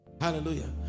Hallelujah